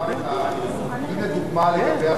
ואני מתקן, לאור מה שאמרת: